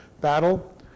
battle